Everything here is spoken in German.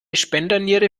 spenderniere